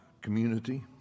community